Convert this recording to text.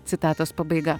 citatos pabaiga